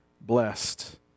blessed